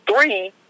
three